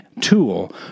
tool